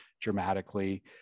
dramatically